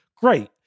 great